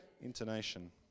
intonation